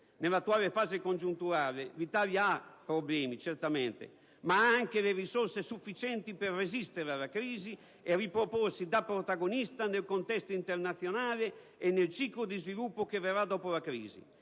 Nell'attuale fase congiunturale, l'Italia ha certamente problemi, ma anche le risorse sufficienti per resistere alla crisi e riproporsi da protagonista nel contesto internazionale e nel ciclo di sviluppo che verrà dopo la crisi: